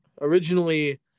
Originally